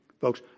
folks